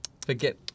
Forget